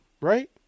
right